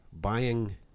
buying